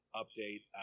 update